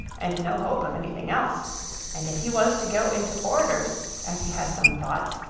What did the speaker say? and no hope of any thing else and if he was to go into orders, as he had some thoughts,